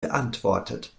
beantwortet